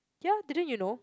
ya didn't you know